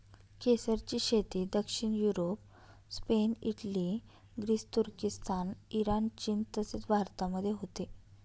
केसरची शेती दक्षिण युरोप, स्पेन, इटली, ग्रीस, तुर्किस्तान, इराण, चीन तसेच भारतामध्ये होते